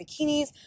bikinis